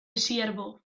siervo